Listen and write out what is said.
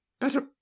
Better